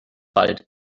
wald